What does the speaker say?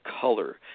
color